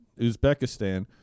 Uzbekistan